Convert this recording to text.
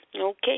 Okay